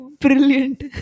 brilliant